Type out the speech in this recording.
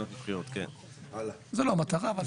זה לא המטרה אבל.